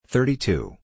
Thirty-two